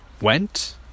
went